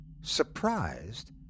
surprised